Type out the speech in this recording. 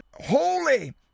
holy